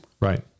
Right